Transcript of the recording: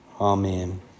Amen